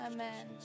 Amen